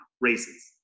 Races